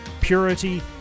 purity